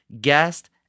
guest